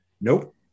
Nope